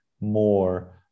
more